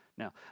Now